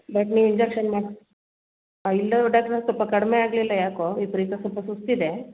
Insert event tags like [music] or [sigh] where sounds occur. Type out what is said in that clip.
but ನೀವು injection ಮಾಡಿ [unintelligible] ಇಲ್ಲ ಡಾಕ್ಟ್ರೆ ಸಲ್ಪ ಕಡಿಮೆ ಆಗಲಿಲ್ಲ ಯಾಕೋ ವಿಪರೀತ ಸ್ವಲ್ಪ ಸುಸ್ತು ಇದೆ